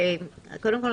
קודם כול,